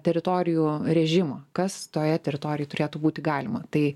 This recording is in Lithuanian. teritorijų režimo kas toje teritorijoj turėtų būti galima tai